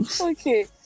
Okay